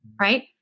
right